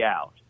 out